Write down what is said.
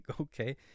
okay